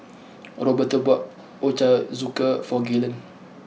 Roberto bought Ochazuke for Gaylen